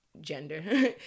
gender